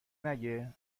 نگه